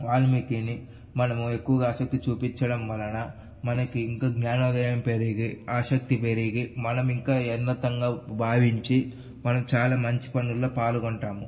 వాల్మీకీని మనము ఎక్కువగా ఆసక్తి చూపిచ్చడం వలన మనకి ఇంక జ్ఞానోదయం పెరిగి ఆసక్తి పెరిగి మనం ఇంకా ఎన్నతంగా భావించి మనం చాలా మంచి పనుల్లో పాల్గొంటాము